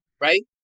right